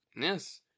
Yes